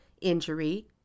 injury